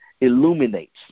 illuminates